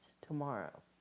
tomorrow